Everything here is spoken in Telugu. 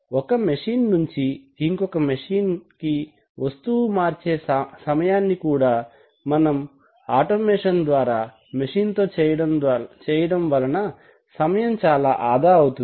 ఒక మెషిన్ నుంచి ఇంకో మెషిన్ కి వస్తువుని మార్చే సామ్యాన్ని కూడా మనం ఆటోమేషన్ ద్వారా మెషిన్ తో చేయడం వలన సమయం చాలా ఆదా అవుతుంది